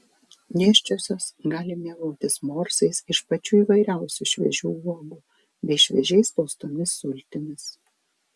nėščiosios gali mėgautis morsais iš pačių įvairiausių šviežių uogų bei šviežiai spaustomis sultimis